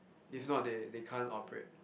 if not they they can't operate